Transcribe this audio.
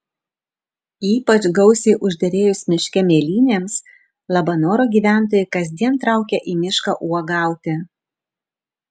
ypač gausiai užderėjus miške mėlynėms labanoro gyventojai kasdien traukia į mišką uogauti